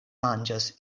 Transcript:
manĝas